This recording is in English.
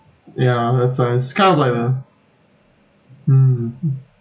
ya that's like it's kind of like uh mm